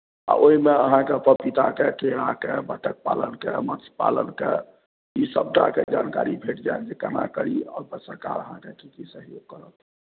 आ ओहिमे अहाँके पपीताके केराके बत्तख पालनके मत्स्य पालनके ई सभटाके जानकारी भेट जायत जे केना करी आ ओहिपर सरकार अहाँकेँ की की सहयोग करत